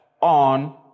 on